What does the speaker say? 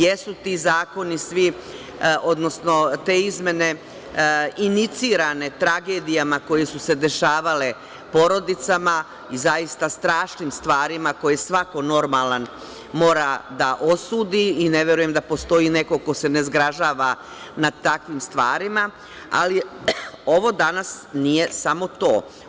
Jesu ti zakoni svi, odnosno te izmene inicirane tragedijama koje su se dešavale porodicama i zaista strašnim stvarima koje svako normalan mora da osudi i ne verujem da postoji neko ko se ne zgražava na takvim stvarima, ali ovo danas nije samo to.